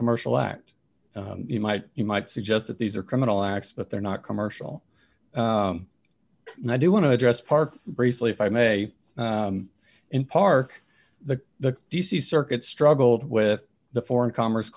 commercial act you might you might suggest that these are criminal acts but they're not commercial and i do want to address part briefly if i may in park the the d c circuit struggled with the foreign commerce